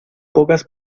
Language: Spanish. pocas